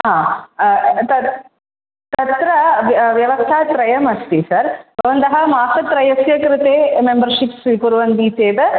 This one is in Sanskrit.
हा तत् तत्र व्य व्यवस्था त्रयमस्ति सर् भवन्तः मासत्रयस्य कृते मेम्बर्शिप् स्वीकुर्वन्ति चेत्